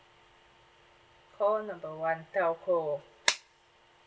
call number one telco